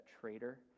traitor